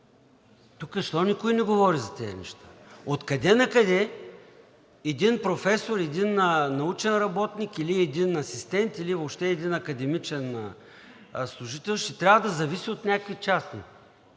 Тук защо никой не говори за тези неща? Откъде накъде един професор, един научен работник, или един асистент, или въобще един академичен служител ще трябва да зависи от някакви частни,